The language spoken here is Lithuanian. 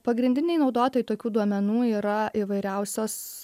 pagrindiniai naudotojai tokių duomenų yra įvairiausios